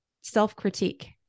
self-critique